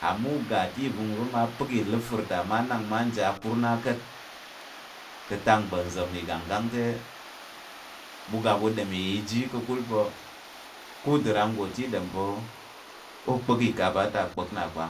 Amma u ga te i vəngva mma pək ìləfər ta mma nak mmaje kur na ka̱t, ka̱ atak mgba̱nza̱m ìganggang te ga ɓu ɗom i yà i ji ka̱kul pa̱ ko nda rang nggo te i ɗom pa̱ ô kpa̱k ìkaba ta kpa̱k nna kpa